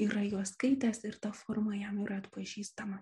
yra juos skaitęs ir ta forma jam yra atpažįstama